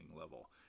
level